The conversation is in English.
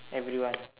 everyone